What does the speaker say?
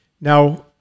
Now-